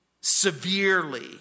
severely